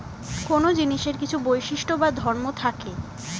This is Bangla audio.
কোন জিনিসের কিছু বৈশিষ্ট্য বা ধর্ম থাকে